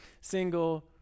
single